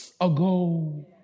ago